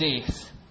death